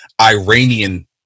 Iranian